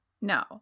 no